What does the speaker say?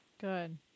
Good